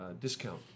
discount